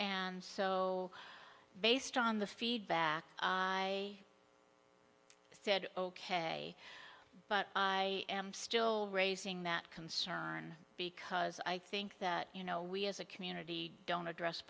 and so based on the feedback i said ok but i am still raising that concern because i think that you know we as a community don't address